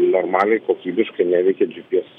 normaliai kokybiškai neveikė gpsas